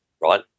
right